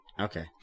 Okay